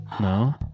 No